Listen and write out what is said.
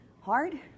hard